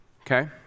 Okay